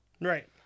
Right